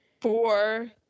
four